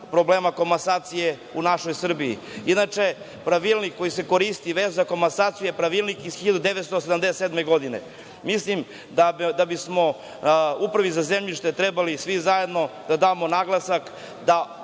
problema komasacije u našoj Srbiji. Inače, pravilnik koji se koristi vezano za komasaciju je pravilnik iz 1977. godine. Mislim da bismo Upravi za zemljište trebali svi zajedno da damo naglasak da